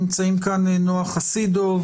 נמצאים כאן נועה חסידוב